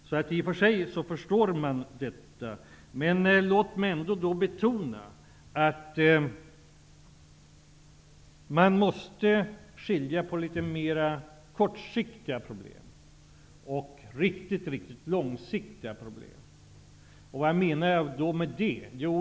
Man kan i och för sig förstå detta, men låt mig ändå betona att vi måste skilja på litet mera kortsiktiga problem och riktigt långsiktiga problem. Vad menar jag då med det?